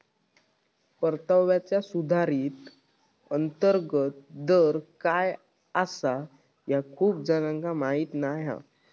परताव्याचा सुधारित अंतर्गत दर काय आसा ह्या खूप जणांका माहीत नाय हा